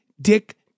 Dick